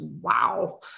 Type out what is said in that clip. Wow